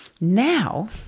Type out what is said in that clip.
Now